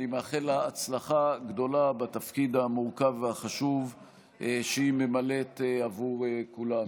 אני מאחל לה הצלחה גדולה בתפקיד המורכב והחשוב שהיא ממלאת עבור כולנו.